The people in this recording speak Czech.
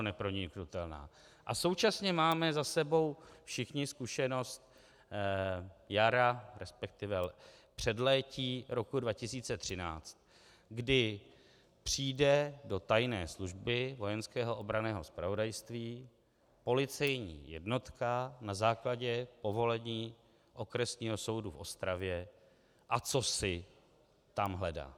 A současně máme za sebou všichni zkušenost jara, resp. předlétí roku 2013, kdy přijde do tajné služby Vojenského obranného zpravodajství policejní jednotka na základě povolení Okresního soudu v Ostravě a cosi tam hledá.